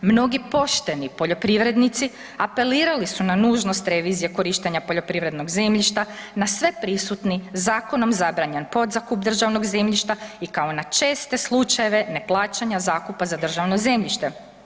Mnogi pošteni poljoprivrednici apelirali su na nužnost revizije korištenja poljoprivrednog zemljišta na sve prisutni zakonom zabranjen podzakup državnog zemljišta i kao na česte slučajeve, neplaćanja zakupa za državno zemljište.